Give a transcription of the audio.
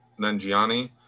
Nanjiani